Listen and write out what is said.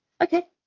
Okay